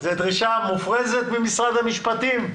זה דרישה מופרזת ממשרד המשפטים?